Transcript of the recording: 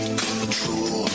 control